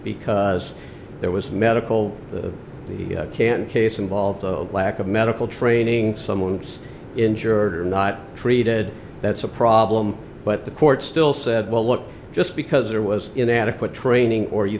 because there was medical the can case involved a lack of medical training someone was injured or not treated that's a problem but the court still said well look just because there was inadequate training or you